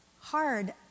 hard